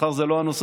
השכר זה לא הנושא.